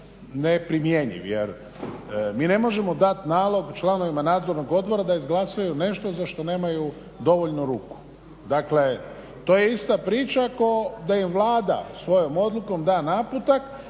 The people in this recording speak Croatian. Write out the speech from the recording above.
neprimjenjiv jer mi ne možemo dati nalog članovima nadzornog odbora da izglasaju nešto za što nemaju dovoljno ruku. Dakle, to je ista priča kao da Vlada svojom odlukom da naputak